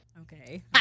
Okay